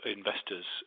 investors